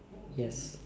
yes